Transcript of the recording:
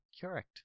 Correct